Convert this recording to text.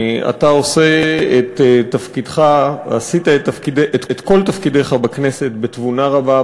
עשית את כל תפקידיך בכנסת בתבונה רבה,